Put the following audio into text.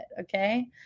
okay